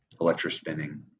electrospinning